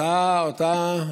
אותה,